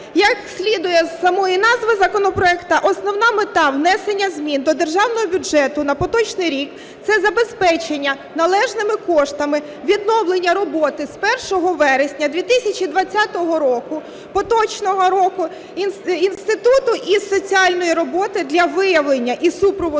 Як слідує з самої назви законопроекту, основна мета – внесення змін до Державного бюджету на поточний рік, це забезпечення належними коштами, відновлення роботи з 1 вересня 2020 року, поточного року, інституту із соціальної роботи для виявлення і супроводу